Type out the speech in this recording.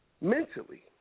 Mentally